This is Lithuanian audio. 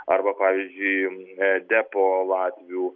arba pavyzdžiui ee depo latvių